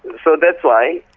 so that's why